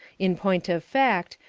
in point of fact,